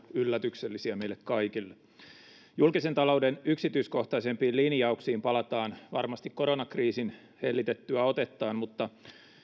yllätyksellisiä meille kaikille julkisen talouden yksityiskohtaisempiin linjauksiin palataan varmasti koronakriisin hellitettyä otettaan mutta